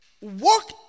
Walk